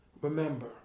Remember